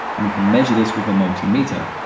and we can measure this with a multimeter.